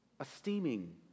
esteeming